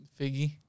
Figgy